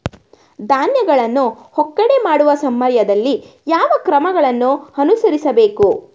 ಧಾನ್ಯಗಳನ್ನು ಒಕ್ಕಣೆ ಮಾಡುವ ಸಮಯದಲ್ಲಿ ಯಾವ ಕ್ರಮಗಳನ್ನು ಅನುಸರಿಸಬೇಕು?